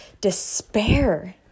despair